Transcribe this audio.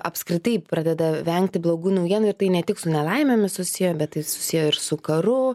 apskritai pradeda vengti blogų naujienų ir tai ne tik su nelaimėmis susiję bet tai susiję ir su karu